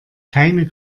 keine